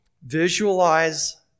visualize